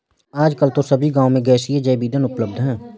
आजकल तो सभी गांव में गैसीय जैव ईंधन उपलब्ध है